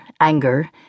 anger